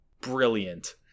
brilliant